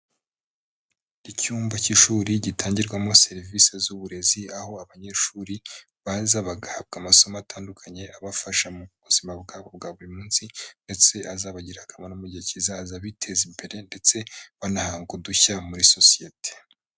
Icyumba cy'ishuri gitangirwamo serivisi z'uburezi, aho abanyeshuri baza bagahabwa amasomo atandukanye abafasha mu buzima bwa bo bwa buri munsi ndetse azabagirira akamaro mu gihe kizaza biteza imbere ndetse banahanga udushya muri sosiyete.